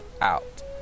out